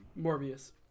Morbius